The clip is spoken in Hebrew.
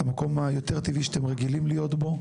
את המקום הטבעי יותר שאתם רגילים להיות בו.